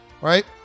right